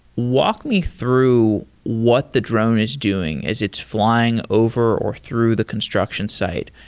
walk me through what the drone is doing as its flying over or through the construction site.